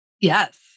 Yes